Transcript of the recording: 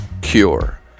Cure